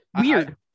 weird